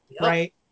right